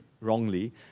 wrongly